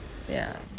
ya